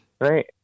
right